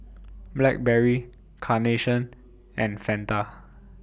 Blackberry Carnation and Fanta